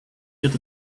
get